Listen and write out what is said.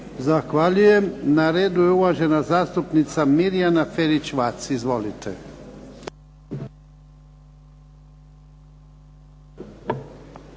Zahvaljujem. Na redu je uvažena zastupnica Mirjana Ferić-Vac. Izvolite.